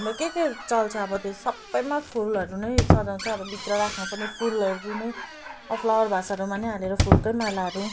के के चल्छ अब त्यो सबैमा फुलहरू नै सजाउँछ अब भित्र राख्नु पनि फुलहरू नै अब फ्लावरभासहरूमा नै हामी हालेर फुलकै मालाहरू